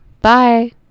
bye